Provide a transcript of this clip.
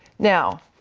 now,